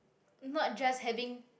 not just having